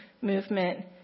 movement